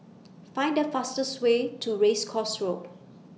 Find The fastest Way to Race Course Road